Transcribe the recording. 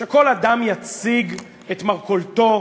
שכל אדם יציג את מרכולתו,